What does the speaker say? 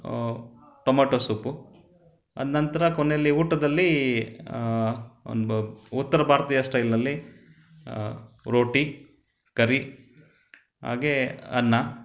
tomato soup ಅದು ನಂತರ ಕೊನೆಯಲ್ಲಿ ಊಟದಲ್ಲಿ ಒಂದು ಉತ್ತರ ಭಾರತೀಯ ಸ್ಟೈಲ್ನಲ್ಲಿ ರೋಟಿ ಕರಿ ಹಾಗೇ ಅನ್ನ